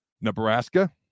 Nebraska